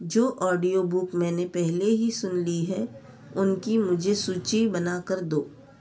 जो ऑडियोबुक मैंने पहले ही सुन ली हैं उनकी मुझे सूची बना कर दो